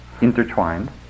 intertwined